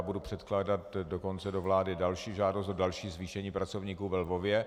Budu předkládat dokonce do vlády další žádost o další zvýšení pracovníků ve Lvově.